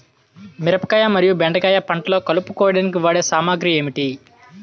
మిరపకాయ మరియు బెండకాయ పంటలో కలుపు కోయడానికి వాడే సామాగ్రి ఏమిటి?